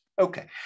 Okay